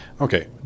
okay